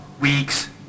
weeks